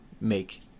make